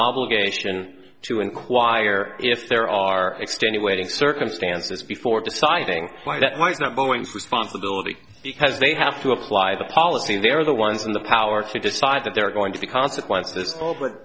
obligation to inquire if there are extenuating circumstances before deciding where that one is not boeing's responsibility because they have to apply the policy they're the ones in the power to decide that they're going to be consequences